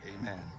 Amen